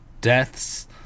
deaths